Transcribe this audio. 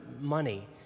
money